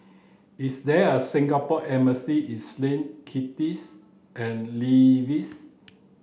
is there a Singapore embassy is Lin Kitts and Nevis